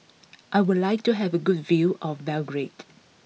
I would like to have a good view of Belgrade